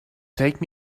take